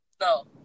No